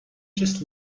just